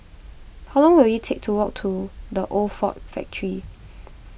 how long will it take to walk to the Old Ford Factor